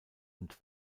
und